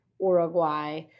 Uruguay